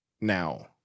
now